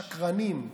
שקרנים.